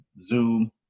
zoom